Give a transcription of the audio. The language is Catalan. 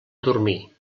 dormir